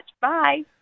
Bye